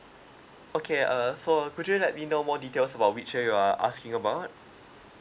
okay uh so uh could you let me know more details about which year you are asking about